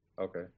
Okay